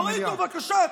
תורידו, בבקשה.